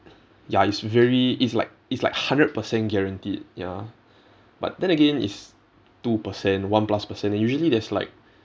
ya it's very it's like it's like hundred percent guaranteed ya but then again it's two percent one plus percent and usually there's like